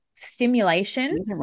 stimulation